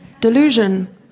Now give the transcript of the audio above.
Delusion